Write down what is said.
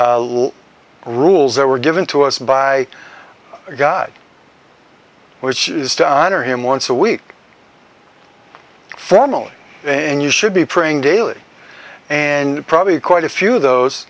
rules that were given to us by god which is to honor him once a week formal and you should be praying daily and probably quite a few of those